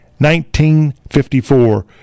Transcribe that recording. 1954